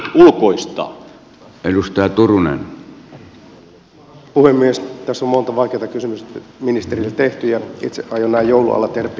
tässä on monta vaikeata kysymystä ministerille tehty ja itse aion näin joulun alla tehdä pikkuisen helpomman